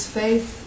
faith